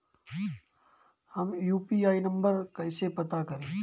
हम UPI number कइसे पता करी?